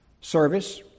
service